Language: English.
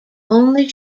only